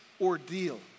ordeal